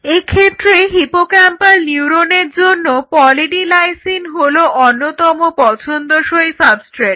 এক্ষেত্রে হিপোক্যাম্পাল নিউরনের জন্য পলি ডি লাইসিন হলো অন্যতম পছন্দসই সাবস্ট্রেট